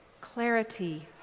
clarity